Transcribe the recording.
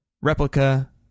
replica